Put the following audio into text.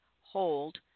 hold